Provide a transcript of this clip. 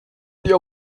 dir